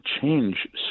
change